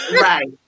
right